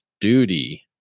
duty